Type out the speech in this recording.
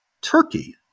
Turkey